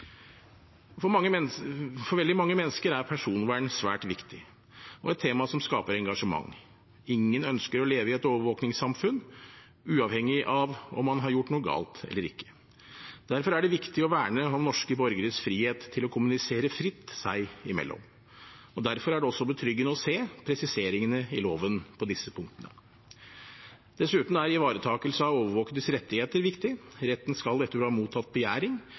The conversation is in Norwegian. For veldig mange mennesker er personvern svært viktig og et tema som skaper engasjement. Ingen ønsker å leve i et overvåkingssamfunn, uavhengig av om man har gjort noe galt eller ikke. Derfor er det viktig å verne om norske borgeres frihet til å kommunisere fritt seg imellom. Og derfor er det også betryggende å se presiseringene i loven på disse punktene. Dessuten er ivaretakelse av overvåkedes rettigheter viktig. Retten skal etter å ha mottatt begjæring